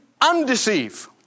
undeceive